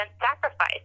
sacrifice